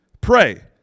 pray